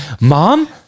Mom